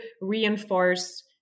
reinforce